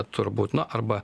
turbūt na arba